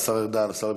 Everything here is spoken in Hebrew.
השר ארדן,